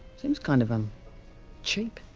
seems kind of. um cheap.